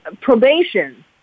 probation